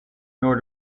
nor